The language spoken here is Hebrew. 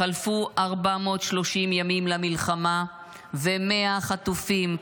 חלפו 430 ימים למלחמה ו-100 חטופים,